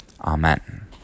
Amen